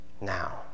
Now